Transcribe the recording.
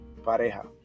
pareja